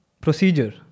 procedure